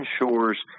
ensures